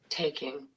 taking